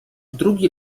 drugi